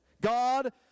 God